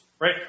right